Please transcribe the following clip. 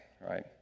right